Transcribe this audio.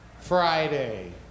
Friday